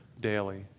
daily